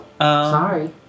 Sorry